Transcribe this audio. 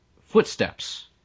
footsteps